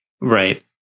right